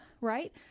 right